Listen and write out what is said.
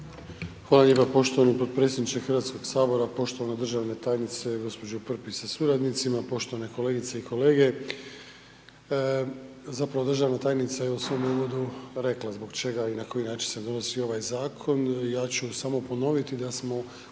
Hvala lijepa poštovani potpredsjedniče HS. Poštovana državna tajnice, gđo. Prpić sa suradnicima, poštovane kolegice i kolege, zapravo, državna tajnica je u svom uvodu rekla zbog čega i na koji način se donosi ovaj Zakon. Ja ću samo ponoviti da smo kod